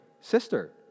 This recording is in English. sister